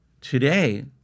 Today